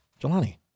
Jelani